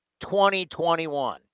2021